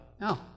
no